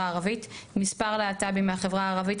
הערבית ואת מספר להט״ב מהחברה הערבית,